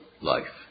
life